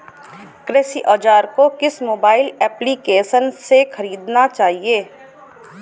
कृषि औज़ार को किस मोबाइल एप्पलीकेशन से ख़रीदना चाहिए?